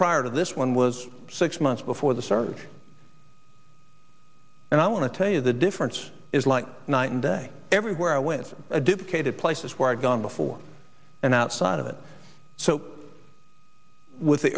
prior to this one was six months before the surge and i want to tell you the difference is like night and day everywhere i went to a duplicated places where i'd gone before and outside of it so with the